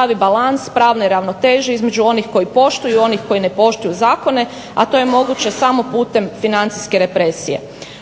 uspostavi balans pravne ravnoteže između onih koji poštuju i onih koji ne poštuju zakone, a to je moguće samo putem financijske represije.